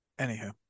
Anywho